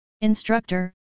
Instructor